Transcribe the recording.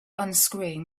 unscrewing